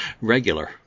regular